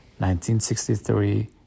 1963